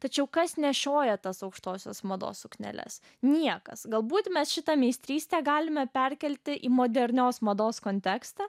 tačiau kas nešioja tas aukštosios mados sukneles niekas galbūt mes šitą meistrystę galime perkelti į modernios mados kontekstą